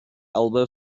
elbow